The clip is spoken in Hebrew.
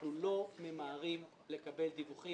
אנחנו לא ממהרים לקבל דיווחים.